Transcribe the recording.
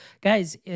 guys